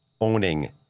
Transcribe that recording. owning